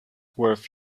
worth